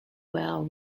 well